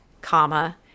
comma